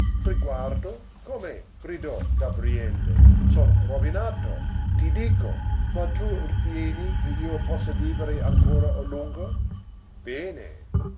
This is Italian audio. riguardo riguardo come gridò gabriele son rovinato ti dico ma tu ritieni che io possa vivere ancora a lungo bene